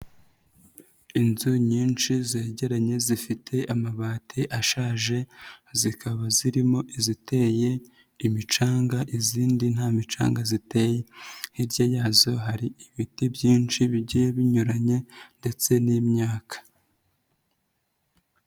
Inzu nyinshi zegeranye zifite amabati ashaje, zikaba zirimo iziteye imicanga izindi nta micanga ziteye, hirya yazo hari ibiti byinshi bigiye binyuranye ndetse n'imyaka.